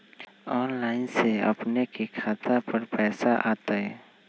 Online से अपने के खाता पर पैसा आ तई?